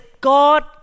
God